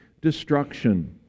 destruction